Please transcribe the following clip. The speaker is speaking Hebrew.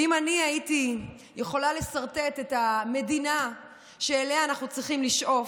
ואם הייתי יכולה לסרטט את המדינה שאליה אנחנו צריכים לשאוף,